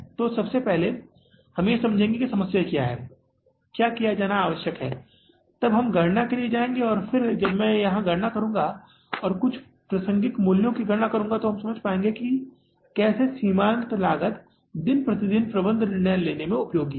तो सबसे पहले हम यह समझेंगे कि समस्या क्या है क्या किया जाना आवश्यक है तब हम गणना के लिए जाएंगे और फिर जब मैं यहां गणना करुंगा और कुछ प्रासंगिक मूल्यों की गणना करूँगा तो समझ पाएंगे कि कैसे सीमांत लागत दिन प्रतिदिन प्रबंधन निर्णय लेने में उपयोगी है